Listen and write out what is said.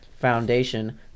foundation